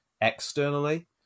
externally